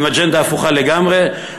עם אג'נדה הפוכה לגמרי,